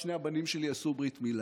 שלשני הבנים שלי עשו ברית מילה.